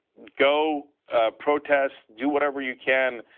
go protest, do whatever you can,